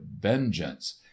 vengeance